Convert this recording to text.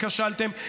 כי כשלתם,